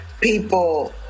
people